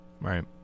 Right